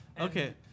Okay